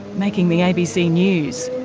making the abc news.